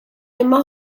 imma